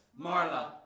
Marla